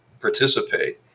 participate